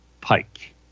Pike